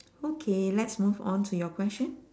okay let's move on to your question